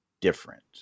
different